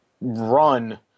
run